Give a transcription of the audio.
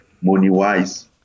money-wise